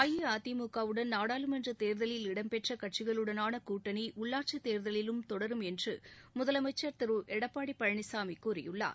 அஇஅதிமு வுடன் நாடாளுமன்ற தேர்தலில் இடம்பெற்ற கட்சிகளுடனான கூட்டணி உள்ளாட்சித் தேர்தலிலும் தொடரும் என்று முதலமைச்சர் திரு எடப்பாடி பழனிசாமி கூறியுள்ளார்